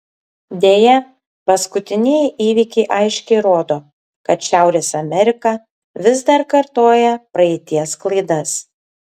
deja paskutinieji įvykiai aiškiai rodo kad šiaurės amerika vis dar kartoja praeities klaidas